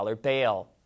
bail